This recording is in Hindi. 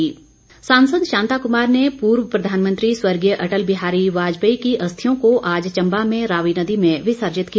अस्थि विसर्जन सांसद शांता कुमार ने पूर्व प्रधानमंत्री स्वर्गीय अटल बिहारी वाजपेयी की अस्थियों को आज चम्बा में रावी नदी में विसर्जित किया